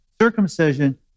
circumcision